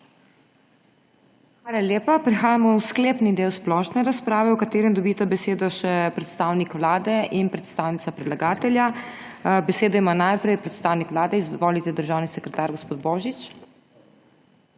Hvala lepa. Prehajamo v sklepni del splošne razprave, v katerem dobita besedo še predstavnik Vlade in predstavnica predlagatelja. Besedo ima najprej predstavnik Vlade. Izvolite, državni sekretar gospod Božič.